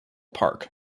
park